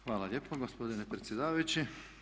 Hvala lijepo gospodine predsjedavajući.